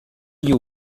you